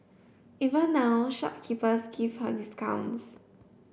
even now shopkeepers give her discounts